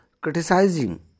criticizing